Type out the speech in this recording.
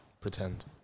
pretend